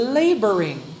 laboring